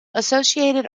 associated